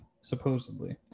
supposedly